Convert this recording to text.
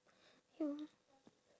ya